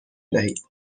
دهید